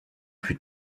plus